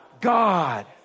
God